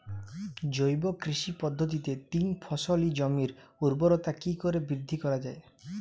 জৈব কৃষি পদ্ধতিতে তিন ফসলী জমির ঊর্বরতা কি করে বৃদ্ধি করা য়ায়?